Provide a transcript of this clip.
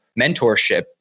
mentorship